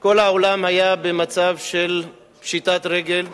כל העולם היה במצב של פשיטת רגל,